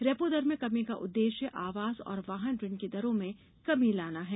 repo दर में कमी का उद्देश्य आवास और वाहन ऋण की दरों में कमी लाना है